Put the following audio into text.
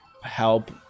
help